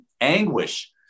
anguish